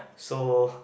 so